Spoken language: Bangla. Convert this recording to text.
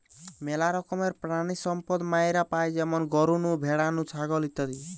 মেলা রকমের প্রাণিসম্পদ মাইরা পাই যেমন গরু নু, ভ্যাড়া নু, ছাগল ইত্যাদি